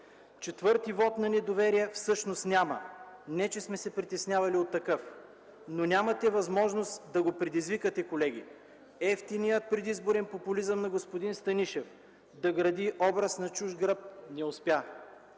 Четвърти вот на недоверие всъщност няма, не че сме се притеснявали от такъв, но нямате възможност да го предизвикате, колеги. Евтиният предизборен популизъм на господин Станишев – да гради образ на чужд гръб, не успя.